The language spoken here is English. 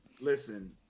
listen